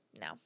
No